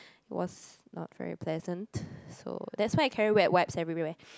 was not very pleasant so that's why I carry wet wipes everywhere